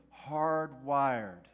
hardwired